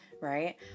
right